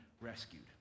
rescued